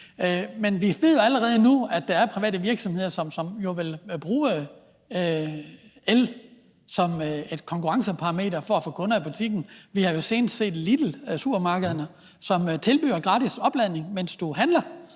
Men vi ved allerede nu, at der er private virksomheder, som vel bruger el som et konkurrenceparameter for at få kunder i butikken. Vi har jo senest set Lidlsupermarkederne, som tilbyder gratis opladning, mens du handler,